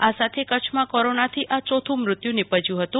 આ સાથે કચ્છમાં કોરોનાથી આ ચોથું મૃત્યુ નિપજ્યું હતું